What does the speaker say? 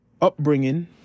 upbringing